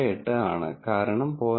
78 ആണ് കാരണം 0